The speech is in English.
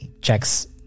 checks